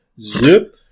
Zip